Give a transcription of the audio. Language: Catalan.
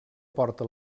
porta